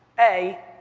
a,